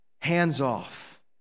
hands-off